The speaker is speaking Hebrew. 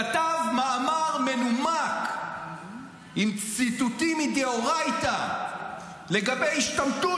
כתב מאמר מנומק עם ציטוטים מדאורייתא לגבי השתמטות